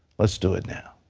let's do it now.